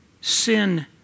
sin